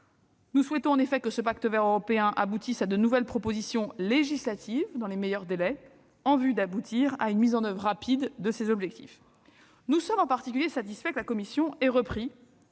Nous souhaitons en effet que ce pacte vert européen aboutisse à de nouvelles propositions législatives dans les meilleurs délais, afin que ses objectifs soient rapidement atteints. Nous sommes en particulier satisfaits que la Commission ait repris,